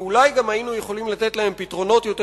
ואולי גם היינו יכולים לתת להן פתרונות יותר